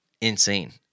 insane